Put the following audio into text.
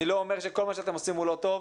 אני לא אומר שכל מה שאתם עושים הוא לא טוב,